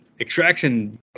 Extraction